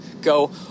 go